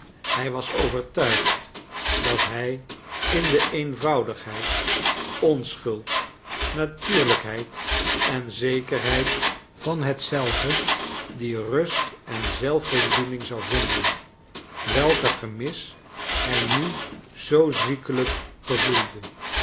hij was overtuigd dat hij in de eenvoudigheid onschuld natuurlijkheid en zekerheid van hetzelve die rust en zelfvoldoening zou vinden welker gemis hij nu zoo ziekelijk gevoelde